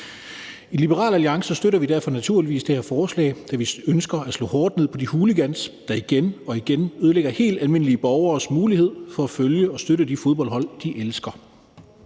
I Liberal Alliance støtter vi derfor naturligvis det her forslag, da vi ønsker at slå hårdt ned på de hooligans, der igen og igen ødelægger helt almindelige borgeres mulighed for at følge og støtte de fodboldhold, de elsker.